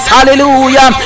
Hallelujah